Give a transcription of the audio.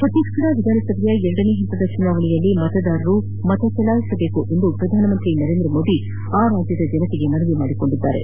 ಛತೀಸ್ಗಢ ವಿಧಾನಸಭೆಯ ಎರಡನೇ ಪಂತದ ಚುನಾವಣೆಯಲ್ಲಿ ಮತದಾರರು ಮತ ಚಲಾಯಿಸಬೇಕು ಎಂದು ಪ್ರಧಾನಮಂತ್ರಿ ನರೇಂದ್ರ ಮೋದಿ ಆ ರಾಜ್ಯದ ಜನತೆಗೆ ಮನವಿ ಮಾಡಿದ್ದಾರೆ